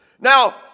Now